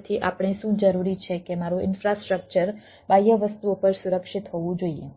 તેથી આપણે શું જરૂરી છે કે મારું ઇન્ફ્રાસ્ટ્રક્ચર બાહ્ય વસ્તુઓ પર સુરક્ષિત હોવું જોઈએ